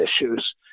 issues